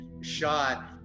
shot